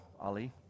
Ali